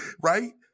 Right